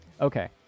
Okay